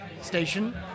station